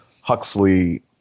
Huxley